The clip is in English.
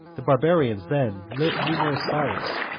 the barbarians then lit numerous fires,